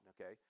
okay